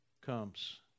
comes